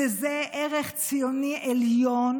שזה ערך ציוני עליון,